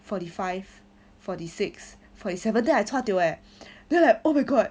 forty five forty six forty seven then I chua tio eh then like oh my god